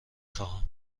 خواهم